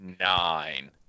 nine